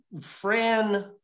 Fran